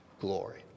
glory